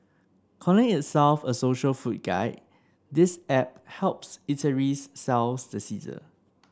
calling itself a social food guide this app helps eateries sell the sizzle